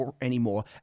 anymore